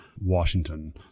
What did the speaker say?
Washington